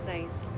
Nice